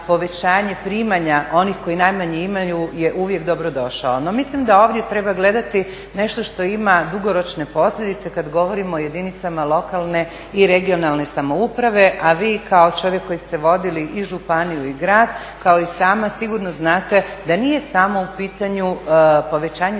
primanja onih koji najmanje imaju je uvijek dobrodošao. No mislim da ovdje treba gledati nešto što ima dugoročne posljedice kad govorimo jedinicama lokalne i regionalne samouprave, a vi kao čovjek koji ste vodili i županiju i grad, kao i sama, sigurno znate da nije samo u pitanju povećanje